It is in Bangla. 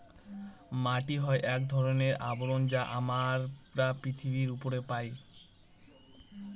মাটি হয় এক ধরনের আবরণ যা আমরা পৃথিবীর উপরে পায়